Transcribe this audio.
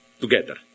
together